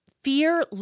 fear